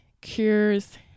cures